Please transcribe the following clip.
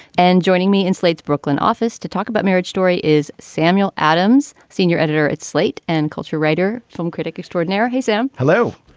and joining me in slate's brooklyn office to talk about marriage story is samuel adams, senior editor at slate and culture writer film critic extraordinaire. hey, sam. hello.